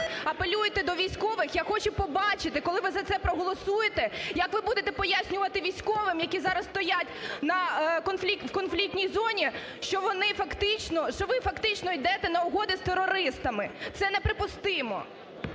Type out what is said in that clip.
апелюєте до військових, я хочу побачити, коли ви за це проголосуєте, як ви будете пояснювати військовим, які зараз стоять в конфліктній зоні, що вони фактично, що ви фактично ідете на угоди з терористами. Це неприпустимо.